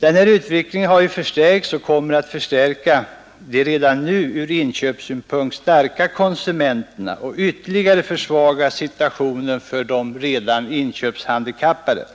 Den här utvecklingen har ju tilltagit och kommer att förstärka de redan nu från inköpssynpunkt starka konsumenterna och ytterligare försvaga situationen för de redan inköpshandikappade.